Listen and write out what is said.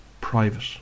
private